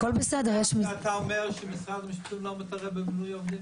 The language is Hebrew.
אז אתה אומר שמשרד הבריאות לא מתערב במינוי עובדים?